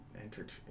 entered